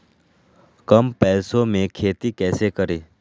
कम पैसों में खेती कैसे करें?